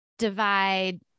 divide